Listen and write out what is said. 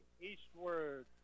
Eastward